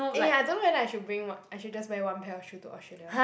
eh ya I don't know whether I should bring what I should just wear one pair of shoe to Australia